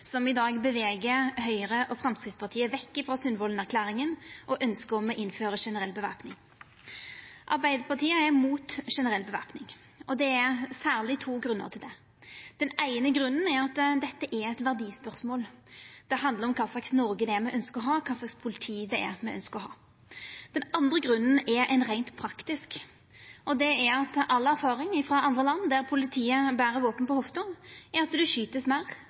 som i dag beveger Høgre og Framstegspartiet vekk frå Sundvolden-erklæringa og ønsket om å innføra generell bevæpning. Arbeidarpartiet er imot generell bevæpning, og det er særleg to grunnar til det. Den eine grunnen er at dette er eit verdispørsmål – det handlar om kva slags Noreg me ønskjer å ha, og kva slags politi me ønskjer å ha. Den andre grunnen er reint praktisk, og det er at all erfaring frå land der politiet ber våpen på hofta, er at det vert skote meir,